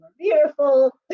beautiful